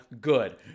good